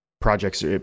projects